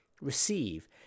receive